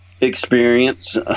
experience